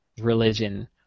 religion